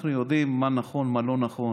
אנחנו יודעים מה נכון ומה לא נכון,